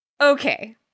okay